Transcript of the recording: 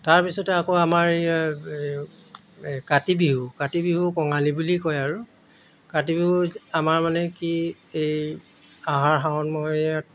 তাৰপিছতে আকৌ আমাৰ এই কাতি বিহু কাতি বিহু কঙালী বুলি কয় আৰু কাতি বিহু আমাৰ মানে কি এই আহাৰ শাওণ মই ইয়াত